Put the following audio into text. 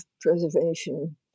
preservation